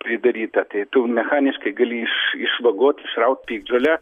pridaryta tai tu mechaniškai gali iš išvagot išraut piktžolę